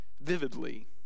vividly